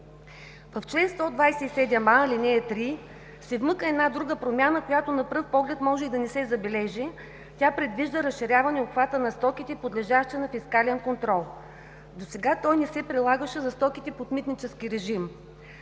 В чл. 127а, ал. 3 се вмъкна една друга промяна, която на пръв поглед може и да не се забележи. Тя предвижда разширяване обхвата на стоките, подлежащи на фискален контрол. Досега той не се прилагаше за стоките под митнически режим.